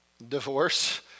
Divorce